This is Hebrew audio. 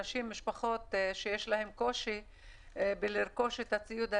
שמשפחות שיש להן קושי ברכישת הציוד הזה,